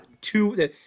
two